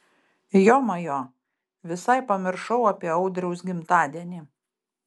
jomajo visai pamiršau apie audriaus gimtadienį